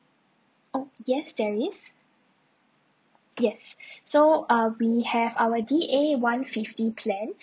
oh yes there is yes so uh we have our D A one fifty plan